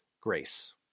grace